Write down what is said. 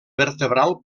vertebral